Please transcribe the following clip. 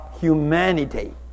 humanity